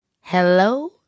Hello